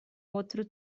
outro